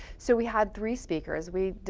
so, we had three speakers. we,